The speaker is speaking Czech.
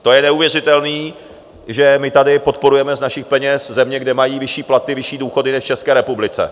To je neuvěřitelné, že my tady podporujeme z našich peněz země, kde mají vyšší platy, vyšší důchody než v České republice.